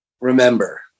remember